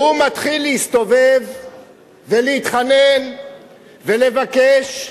והוא מתחיל להסתובב ולהתחנן ולבקש,